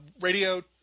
radio